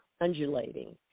undulating